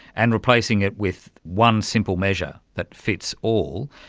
and replacing it with one simple measure that fits all.